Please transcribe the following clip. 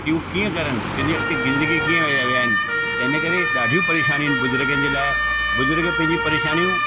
कि हू कीअं करनि पंहिंजी अॻिते ज़िंदगी कीअं विया विया आहिनि त इनकरे ॾाढियूं परेशानियूं आहिनि बुज़ुर्गनि जे लाइ बुज़ुर्गु पंहिंजी परेशानियूं